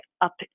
up